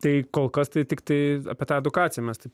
tai kol kas tai tiktai apie tą edukaciją mes taip